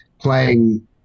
playing